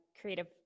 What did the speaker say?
creative